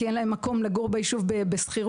כי אין להן מקום לגור ביישוב בשכירות.